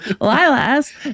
lilas